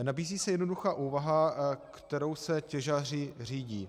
Nabízí se jednoduchá úvaha, kterou se těžaři řídí.